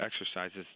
exercises